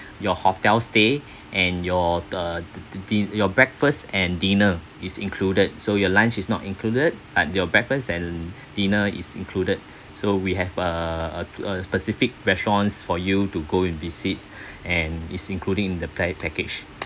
your hotel stay and your the the dinn~ your breakfast and dinner is included so your lunch is not included but your breakfast and dinner is included so we have uh a specific restaurants for you to go and visits and it's including the pa~ package